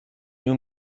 new